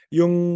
yung